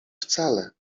wcale